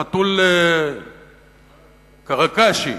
חתול קאקאשי,